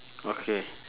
okay